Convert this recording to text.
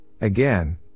again